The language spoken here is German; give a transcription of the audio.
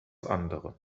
andere